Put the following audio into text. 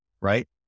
right